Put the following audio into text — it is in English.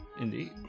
indeed